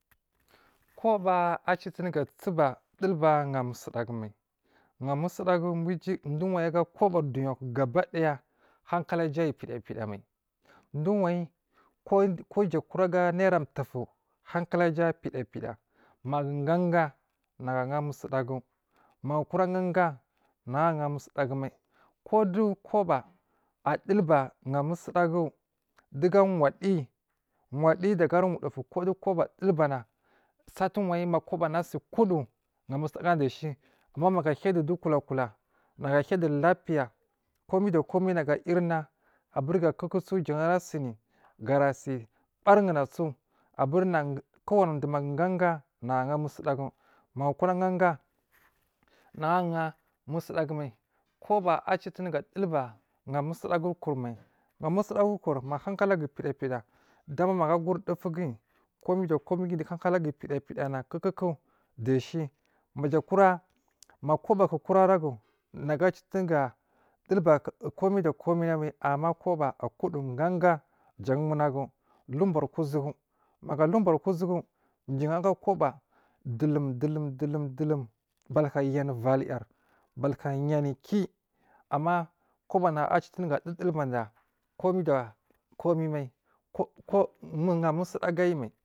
Koba a citir ga suba dulba hamusu dogu mai hamusu dagu ma uju dowo wai aga kobari duyaku gaba kidaya ga hankala ja ayi pida pida mai dowu waai kowo ja kara ga naira towofu han kalaja pida pida magu ganga nagu aha musu dagu magukora gariga nagu aha musudagu mai kodowo koba a dul ba ha musudagu dowogu a wadi, wadi daga awar wudufu kowo dowo kuba a dulbana sa tuwayi makubana asikudowo hamusudaguna dashi maga ahiyadowo duwo kula kula maga ahiya dowo lapiya komai do komai abur ga kukusu jan arasi garasi barin unaso abu rnagu kowani dowo magu ganga anagu aha musudagu magu kora ganga nagu aha musudagu mai koba a ttiri ga dulba ha musu dagu mai kir mai ha musu dagu kur da ma ma hakalagu pida pida dama magu a kuri dufu guyi komai du komai guyi dowa hankala gu pida pidana kuku dashi kaja kura makoba kuragu nagu citiri ga dulba komai da komai namai amma koba akodowo ganga jan munagu lubur kuzugu maga alu buri ku zugu ciwo aga koba dulum dulum dulum batoka yan valyar batu ka yan kiyi amma kobana acitiri ga du dul bada komai da komai ko-ko ku hamusu dagu agu mai.